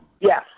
Yes